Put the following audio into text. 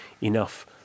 enough